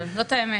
אבל זאת האמת.